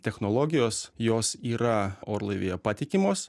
technologijos jos yra orlaivyje patikimos